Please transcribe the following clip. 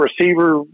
receiver